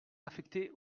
affectées